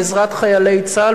בעזרת חיילי צה"ל,